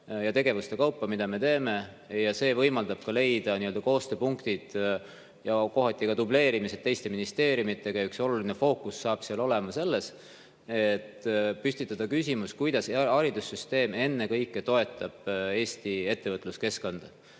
ja tegevuste kaupa, mida me teeme. See võimaldab leida koostööpunktid ja kohati ka dubleerimised teiste ministeeriumidega. Üks oluline fookus saab seal olema küsimus, kuidas haridussüsteem ennekõike toetab Eesti ettevõtluskeskkonda.